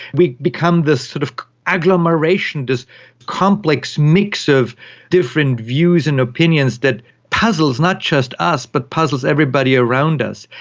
we become this sort of agglomeration, this complex mix of different views and opinions that puzzles not just us but puzzles everybody around us.